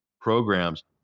programs